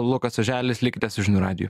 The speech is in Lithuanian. lukas oželis likite su žinių radiju